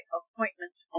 appointments